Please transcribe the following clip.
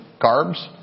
carbs